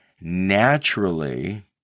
naturally